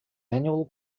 annual